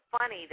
funny